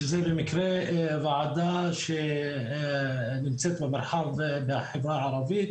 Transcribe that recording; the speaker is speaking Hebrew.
שזה במקרה ועדה שנמצאת במרחב בחברה הערבית,